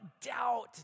doubt